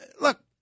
look